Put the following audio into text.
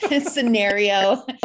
scenario